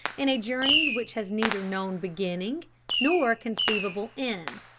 in a journey which has neither known beginning nor conceivable end.